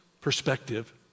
perspective